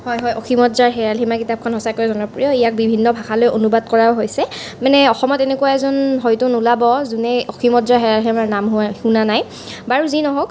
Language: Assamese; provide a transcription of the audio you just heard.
হয় হয় অসীমত যাৰ হেৰাল সীমা কিতাপখন সঁচাকৈ জনপ্ৰিয় ইয়াক বিভিন্ন ভাষালৈ অনুবাদ কৰাও হৈছে মানে অসমত এনেকুৱা এজন হয়তো নোলাব যিজনে অসীমত যাৰ হেৰাল সীমাৰ নাম হয় শুনা নাই বাৰু যি নহওক